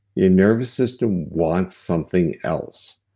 your nervous system wants something else.